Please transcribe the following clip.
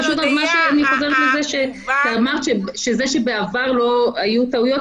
אני חוזרת על זה שאמרת שבעבר לא היו טעויות,